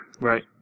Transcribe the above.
Right